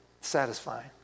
satisfying